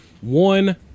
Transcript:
One